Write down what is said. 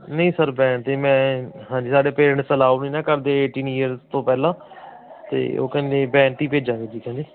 ਨਹੀਂ sir van 'ਤੇ ਮੈਂ ਹਾਂਜੀ ਸਾਡੇ ਪੇਰੈਂਟਸ ਅਲਾਓ ਨਹੀਂ ਨਾ ਕਰਦੇ ਏਟੀਨ ਯੀਅਰ ਤੋਂ ਪਹਿਲਾਂ ਅਤੇ ਉਹ ਕਹਿੰਦੇ ਵੈਨ 'ਤੇ ਹੀ ਭੇਜਾਂਗੇ ਜੀ ਕਹਿੰਦੇ